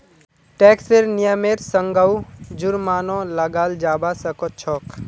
टैक्सेर नियमेर संगअ जुर्मानो लगाल जाबा सखछोक